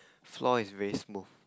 floor is very smooth